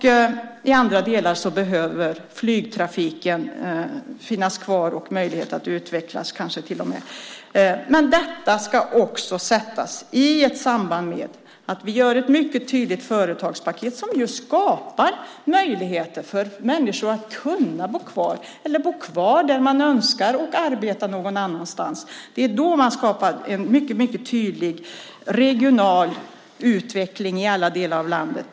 I andra delar behöver flygtrafiken finnas kvar och få möjlighet att kanske till och med utvecklas. Detta ska också sättas i samband med att vi gör ett mycket tydligt företagspaket. Det skapar just möjligheter för människor att kunna bo kvar där man önskar och arbeta någon annanstans. Det är då man skapar en mycket tydlig regional utveckling i alla delar av landet.